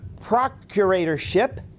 procuratorship